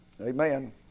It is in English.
Amen